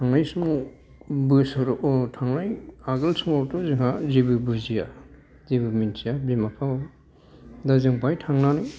थांनाय समाव बोसोर खौ थांनाय आगोल समावथ' जोंहा जेबो बुजिया जेबो मिथिया बिमा बिफा दा जों बेहाय थांनानै